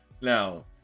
Now